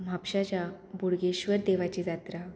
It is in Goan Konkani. म्हापशाच्या बोडगेश्वर देवाची जात्रा